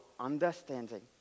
understanding